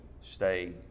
stay